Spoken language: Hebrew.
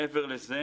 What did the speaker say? מעבר לזה,